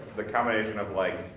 the combination um like